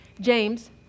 James